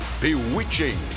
bewitching